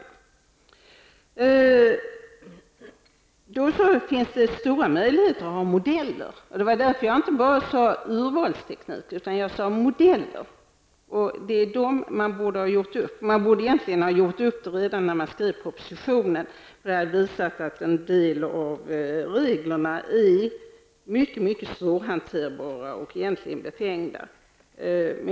Det finns stora möjligheter att ha modeller. Det var därför jag inte bara nämnde urvalsteknik utan också modeller. Dem borde man egentligen ha gjort upp redan när man skrev propositionen -- det hade visat att en del av reglerna är mycket svårhanterliga och egentligen befängda.